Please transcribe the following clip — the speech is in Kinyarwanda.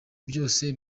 byose